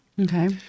Okay